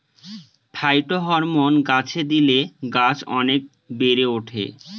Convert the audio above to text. phytohormone গাছে দিলে গাছ অনেক বেড়ে ওঠে